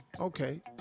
Okay